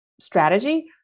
strategy